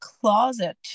closet